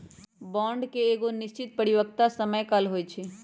bond के एगो निश्चित परिपक्वता समय काल होइ छइ